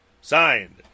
Signed